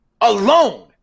Alone